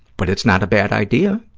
but it's not a bad idea.